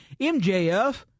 MJF